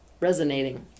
resonating